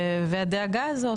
והדאגה הזאת,